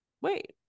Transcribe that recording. wait